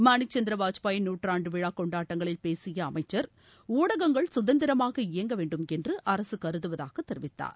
மாணிக் சந்திர வாஜ்பாயின் நூற்றாண்டு விழா கொண்டாட்டங்களில் பேசிய அமைச்சர் ஊடகங்கள் சுதந்திரமாக இயங்க வேண்டும் என்று அரசு கருதுவதாக தெரிவித்தார்